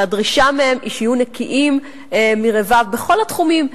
שהדרישה מהם היא שיהיו נקיים מרבב בכל התחומים,